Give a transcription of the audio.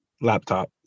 Laptop